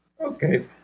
Okay